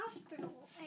hospital